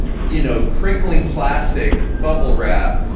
you know, crinkling plastic bubble wrap,